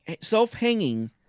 Self-hanging